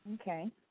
Okay